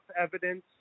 evidence